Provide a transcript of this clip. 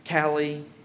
Callie